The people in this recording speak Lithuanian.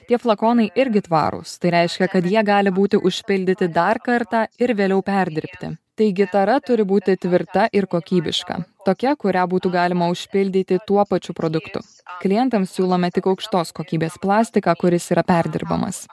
tie flakonai irgi tvarūs tai reiškia kad jie gali būti užpildyti dar kartą ir vėliau perdirbti taigi tara turi būti tvirta ir kokybiška tokia kurią būtų galima užpildyti tuo pačiu produktu klientams siūlome tik aukštos kokybės plastiką kuris yra perdirbamas